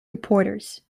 reporters